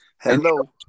Hello